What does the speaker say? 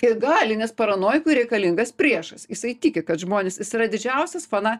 jie gali nes paranojikui reikalingas priešas jisai tiki kad žmonės jis yra didžiausias fana